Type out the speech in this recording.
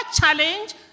challenge